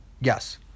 Yes